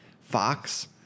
Fox